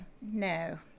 no